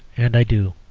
and i do.